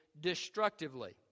destructively